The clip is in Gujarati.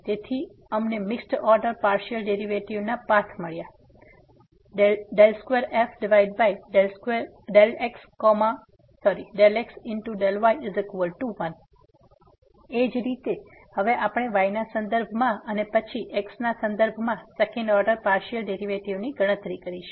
તેથી અમને મિક્સ્ડ ઓર્ડર પાર્સીઅલ ડેરીવેટીવ ના આ પાથ મળ્યાં છે 2f∂x∂y1 એ જ રીતે હવે આપણે y ના સંદર્ભમાં અને પછી x ના સંદર્ભમાં સેકન્ડ ઓર્ડર પાર્સીઅલ ડેરીવેટીવ ની ગણતરી કરીશું